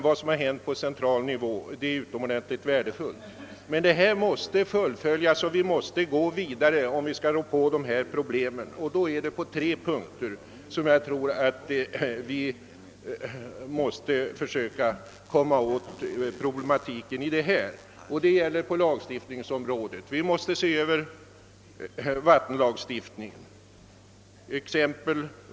Vad som hänt på den centrala nivån är utomordentligt värdefullt. Men detta måste fullföljas, och vi måste gå vidare om vi skall rå på dessa problem. Vi måste försöka komma åt problematiken på tre punkter. Det gäller lagstiftningsområdet. Vi måste se över vattenlagstiftningen.